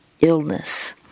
illness